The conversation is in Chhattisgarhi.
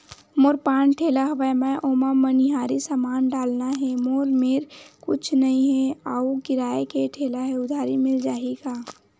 मोर पान ठेला हवय मैं ओमा मनिहारी समान डालना हे मोर मेर कुछ नई हे आऊ किराए के ठेला हे उधारी मिल जहीं का?